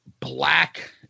Black